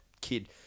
kid